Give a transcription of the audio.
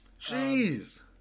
Jeez